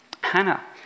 Hannah